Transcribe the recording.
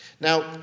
Now